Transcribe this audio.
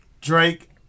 Drake